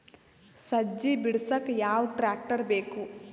ಸಜ್ಜಿ ಬಿಡಸಕ ಯಾವ್ ಟ್ರ್ಯಾಕ್ಟರ್ ಬೇಕು?